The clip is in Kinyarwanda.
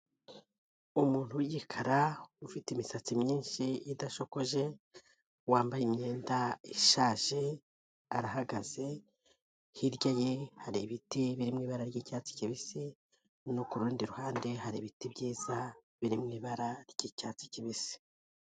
Umuntu w'igikara ufite imisatsi myinshi idashokoje, wambaye imyenda ishaje arahagaze, hirya ye hari ibiti biri mu ibara ry'icyatsi kibisi, no kurundi ruhande hari ibiti byiza biri mu ibara ry'icyatsi kibisi.